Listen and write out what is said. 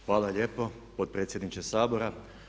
Hvala lijep potpredsjedniče Sabora.